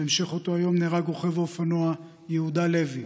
בהמשך אותו היום נהרג רוכב האופנוע יהודה לוי,